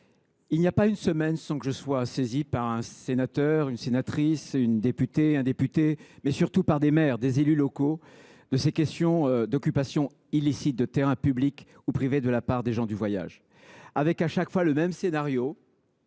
se passe pas une semaine sans que je sois saisi par un sénateur, une sénatrice, une députée, un député, mais surtout des maires ou des élus locaux, de cette question : l’occupation illicite de terrains publics ou privés par des gens du voyage. Chaque fois, c’est le même scénario,